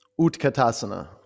Utkatasana